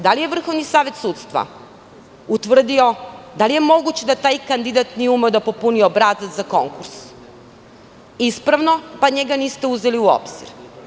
Da li je Vrhovni savet sudstva utvrdio da li je moguće da taj kandidat nije umeo da popuni obrazac za konkurs ispravno, pa njega niste uzeli u obzir?